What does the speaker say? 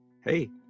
hey